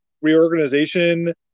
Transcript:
Reorganization